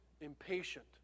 impatient